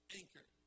anchor